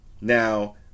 Now